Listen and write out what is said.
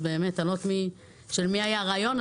אני לא יודעת של מי היה הרעיון,